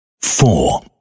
four